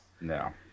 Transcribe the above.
No